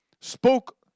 spoke